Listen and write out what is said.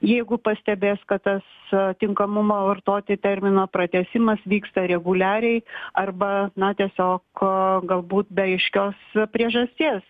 jeigu pastebės kad tas tinkamumo vartoti termino pratęsimas vyksta reguliariai arba na tiesiog galbūt be aiškios priežasties